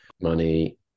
money